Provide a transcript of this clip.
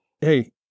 hey